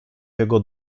jego